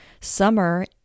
summer